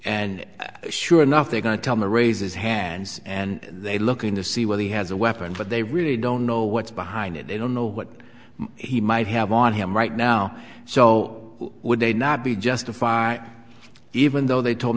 and sure enough they're going to tell the raises hands and they looking to see whether he has a weapon but they really don't know what's behind it they don't know what he might have on him right now so would they not be justified even though they told